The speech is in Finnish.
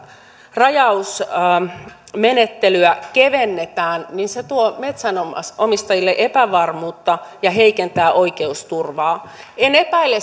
rajausmenettelyä kevennetään niin se tuo metsänomistajille epävarmuutta ja heikentää oikeusturvaa en epäile